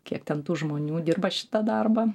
kiek ten tų žmonių dirba šitą darbą